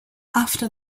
after